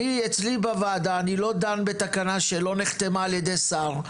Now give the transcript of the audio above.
אצלי בוועדה אני לא דן בתקנה שלא נחתמה על ידי שר,